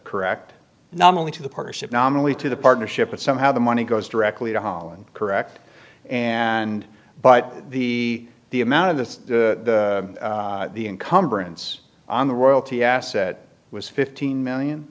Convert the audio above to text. correct not only to the partnership nominally to the partnership but somehow the money goes directly to holland correct and but the the amount of the incumbrance on the royalty asset was fifteen million